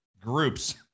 groups